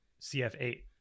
CF8